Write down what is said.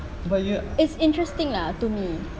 for you it's interesting lah to me